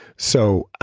so,